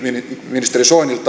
ministeri soinilta